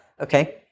Okay